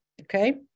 okay